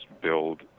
build